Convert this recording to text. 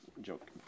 joke